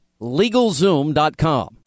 LegalZoom.com